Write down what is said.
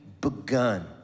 begun